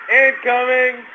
incoming